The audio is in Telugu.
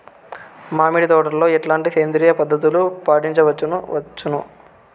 మామిడి తోటలో ఎట్లాంటి సేంద్రియ పద్ధతులు పాటించవచ్చును వచ్చును?